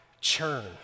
churn